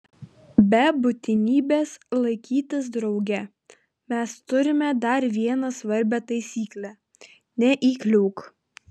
be būtinybės laikytis drauge mes turime dar vieną svarbią taisyklę neįkliūk